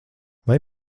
vai